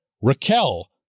Raquel